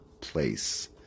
place